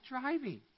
driving